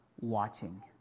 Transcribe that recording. watching